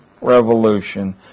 Revolution